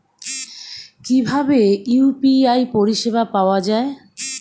কিভাবে ইউ.পি.আই পরিসেবা পাওয়া য়ায়?